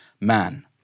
man